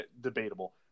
debatable